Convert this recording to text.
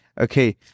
Okay